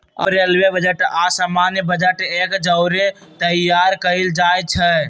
अब railway budget आऽ सामान्य बजट एक जौरे तइयार कएल जाइ छइ